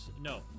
No